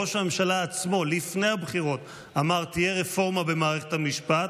ראש הממשלה עצמו אמר לפני הבחירות: תהיה רפורמה במערכת המשפט.